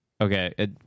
Okay